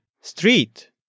street